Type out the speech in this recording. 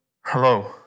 Hello